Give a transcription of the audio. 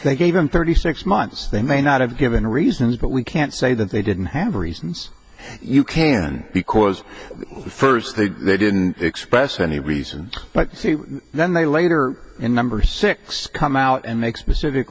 they gave him thirty six months they may not have given reasons but we can't say that they didn't have reasons you can because firstly they didn't express any reason but then they later in number six come out and make specific